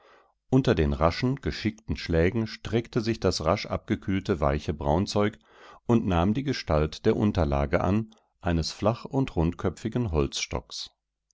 unter den raschen geschickten schlägen streckte sich das rasch abgekühlte weiche braunzeug und nahm die gestalt der unterlage an eines flach und rundköpfigen holzstocks